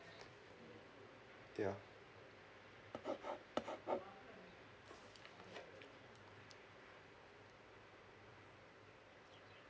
ya